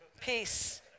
Peace